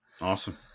Awesome